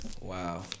Wow